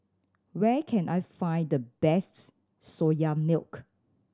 where can I find the best Soya Milk